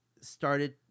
started